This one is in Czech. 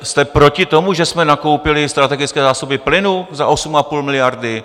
Jste proti tomu, že jsme nakoupili strategické zásoby plynu za 8,5 miliardy?